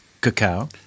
Cacao